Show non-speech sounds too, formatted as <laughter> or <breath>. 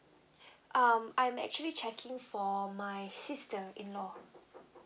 <breath> um I'm actually checking for my sister in law